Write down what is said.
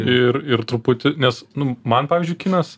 ir ir truputį nes nu man pavyzdžiui kinas